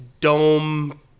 dome